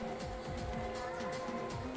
fishery হছে এমল জায়গা যেখালে মাছ ধ্যরা হ্যয়